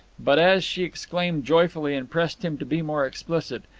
but as she exclaimed joyfully and pressed him to be more explicit,